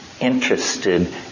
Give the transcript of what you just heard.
interested